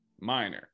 minor